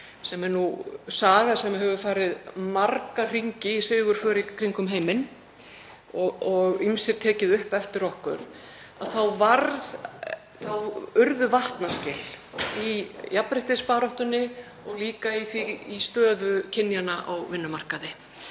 sem er nú saga sem hefur farið marga hringi í sigurför í kringum heiminn og ýmsir tekið upp eftir okkur, þá urðu vatnaskil í jafnréttisbaráttunni og líka í stöðu kynjanna á vinnumarkaði.